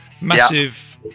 massive